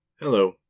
Hello